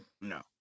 No